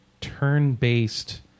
turn-based